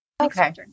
Okay